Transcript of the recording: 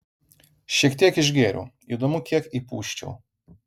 šiek tiek išgėriau įdomu kiek įpūsčiau